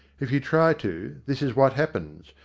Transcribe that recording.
if you try to, this is what happens.